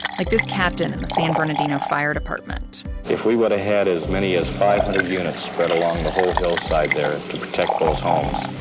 like this captain at and the san bernardino fire department if we woulda had as many as five hundred units spread along the whole hillside there to protect those homes,